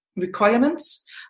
requirements